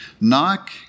Knock